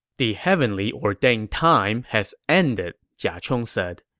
the heavenly-ordained time has ended, jia chong said.